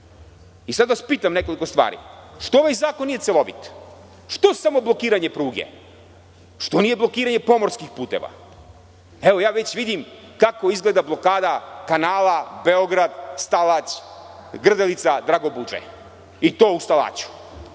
vas pitam nekoliko stvari. Zašto ovaj zakon nije celovit? Što samo blokiranje pruge, što nije i blokiranje pomorskih puteva? Evo, ja već vidim kako izgleda blokada kanala Beograd-Stalać-Grdelica-Dragobužde, i to u Stalaću.